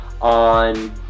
on